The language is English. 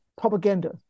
propaganda